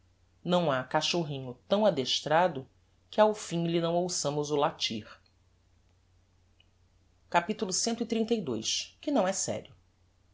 não ha cachorrinho tão adestrado que alfim lhe não ouçamos o latir capitulo cxxxii que não é serio